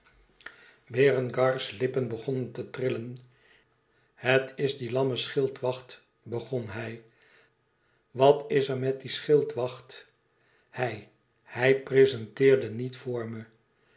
berengars lippen begonnen te trillen het is die lamme schildwacht begon hij wat is er met dien schildwacht hij hij prezenteerde niet voor me